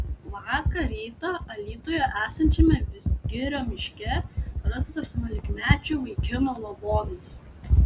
vakar rytą alytuje esančiame vidzgirio miške rastas aštuoniolikmečio vaikino lavonas